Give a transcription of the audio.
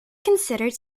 considered